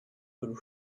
would